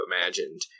imagined